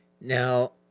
Now